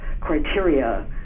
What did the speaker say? criteria